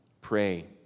Pray